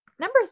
Number